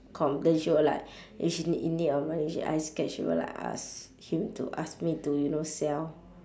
complain she will eh she n~ in need of money she I scared she will like ask him to ask me to you know sell